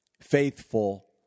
faithful